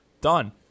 Done